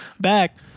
back